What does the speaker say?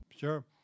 Sure